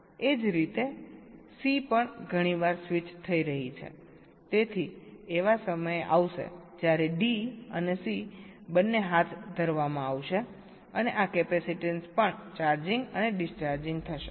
એ જ રીતે સી પણ ઘણી વાર સ્વિચ થઈ રહી છે તેથી એવા સમયે આવશે જ્યારે ડી અને સી બંને હાથ ધરવામાં આવશે અને આ કેપેસીટન્સ પણ ચાર્જિંગ અને ડિસ્ચાર્જિંગ થશે